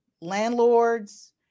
landlords